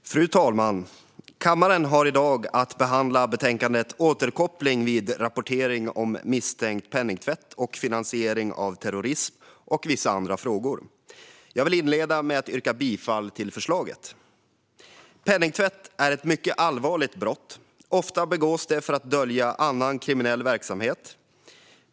Återkoppling vid rapportering om misstänkt penningtvätt och finansiering av terrorism och vissa andra frågor Fru talman! Kammaren har i dag att behandla betänkandet Återkoppling vid rapportering om misstänkt penningtvätt och finansiering av terrorism och vissa andra frågor . Jag vill inleda med att yrka bifall till utskottets förslag. Penningtvätt är ett mycket allvarligt brott. Ofta begås det för att dölja annan kriminell verksamhet.